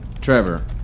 Trevor